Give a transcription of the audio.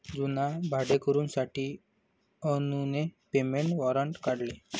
जुन्या भाडेकरूंसाठी अनुने पेमेंट वॉरंट काढले